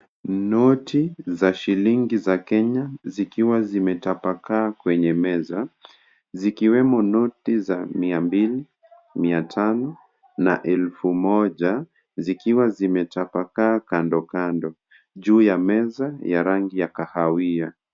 Noti za shilingi za Kenya zikiwa zimetapakaa kwenye meza zikiwemo noti za mia mbili, mia tano na elfu moja zikiwa zimetapakaa kando kando juu ya meza ya rangi ya kahawia.